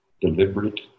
deliberate